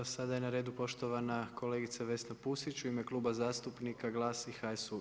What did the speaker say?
Sada je na redu poštovana kolegica Vesna Pusić u ime Kluba zastupnika GLAS i HSU.